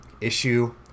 issue